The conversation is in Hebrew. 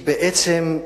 בעצם,